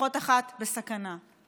לפחות אחת, בסכנה.